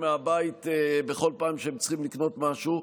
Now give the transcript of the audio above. מהבית בכל פעם שהם צריכים לקנות משהו.